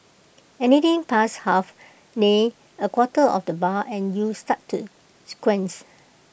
anything past half nay A quarter of the bar and you start to squint